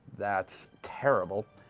that's terrible.